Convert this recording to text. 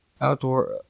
Outdoor